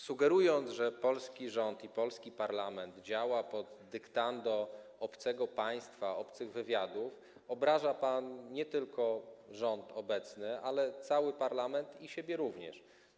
Sugerując, że polski rząd i polski parlament działają pod dyktando obcego państwa, obcych wywiadów, obraża pan nie tylko obecny rząd, ale też cały parlament i siebie również.